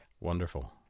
Wonderful